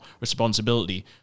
responsibility